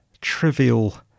trivial